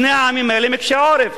שני העמים האלה הם קשי עורף,